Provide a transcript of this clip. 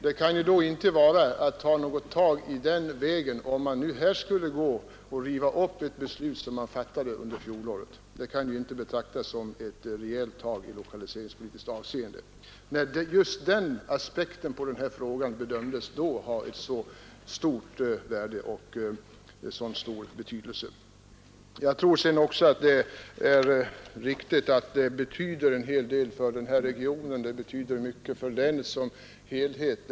Det kan ju då inte vara något tag i den vägen, om riksdagen nu skulle riva upp ett beslut som den fattade under fjolåret, när just den lokaliseringspolitiska aspekten bedömdes ha ett så stort värde. Jag tror också att det är riktigt att det betyder en hel del för denna region och för länet som helhet.